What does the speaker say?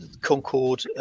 Concord